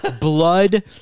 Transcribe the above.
blood